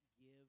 give